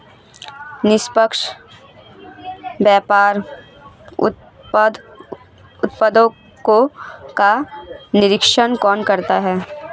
निष्पक्ष व्यापार उत्पादकों का निरीक्षण कौन करता है?